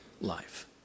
life